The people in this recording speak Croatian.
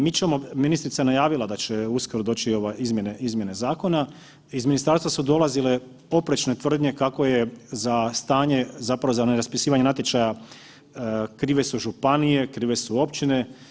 Mi ćemo, ministrica je najavila da će uskoro doći ove izmjene zakona, iz ministarstva su dolazile oprečne tvrdnje kako je za stanje, zapravo za ne raspisivanje natječaja krive su županije, krive su općine.